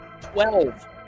twelve